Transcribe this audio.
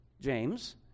James